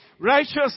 Righteous